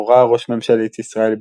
הורה ראש ממשלת ישראל,